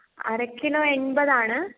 അര കിലോ എൺപത് ആണ്